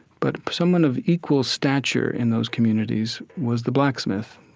but someone of equal stature in those communities was the blacksmith,